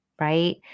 right